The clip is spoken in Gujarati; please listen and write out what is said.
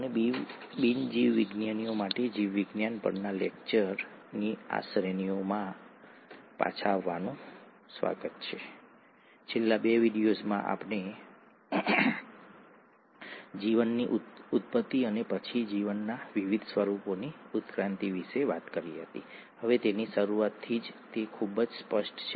આપણે વાર્તાની શરૂઆત આ પ્રશ્ન પૂછીને કરીશું કે પ્રોટીન અને અલબત્ત ઉત્સેચકો કેવી રીતે છે આપણે ઉત્સેચકો તરફ ધ્યાન આપી રહ્યા છીએ જે પ્રોટીન છે કોષમાં બનેલા છે ઠીક છે